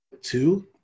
Two